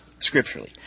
scripturally